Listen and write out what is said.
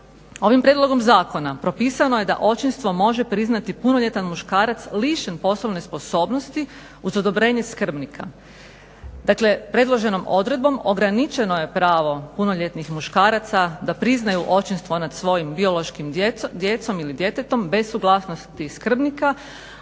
ovim prijedlogom zakona propisano je da očinstvo može priznati punoljetan muškarac lišen poslovne sposobnosti uz odobrenje skrbnika. Dakle predloženom odredbom ograničeno je pravo punoljetnih muškaraca da priznaju očinstvo nad svojim biološkom djecom ili djetetom bez suglasnosti skrbnika